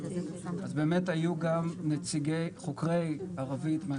אז באמת היו גם חוקרי ערבית.